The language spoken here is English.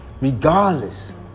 Regardless